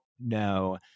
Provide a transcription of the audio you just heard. No